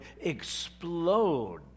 explode